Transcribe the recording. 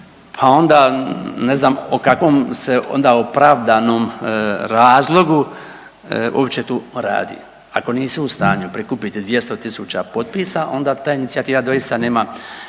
pa onda ne znam o kakvom se onda opravdanom razlogu uopće tu radi. Ako nisu u stanju prikupiti 200.000 potpisa onda ta inicijativa doista nema,